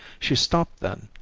she stopped then,